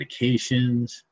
medications